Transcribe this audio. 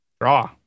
draw